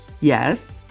yes